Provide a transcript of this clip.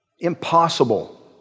impossible